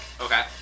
okay